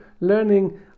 learning